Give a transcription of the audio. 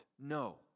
No